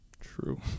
True